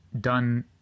done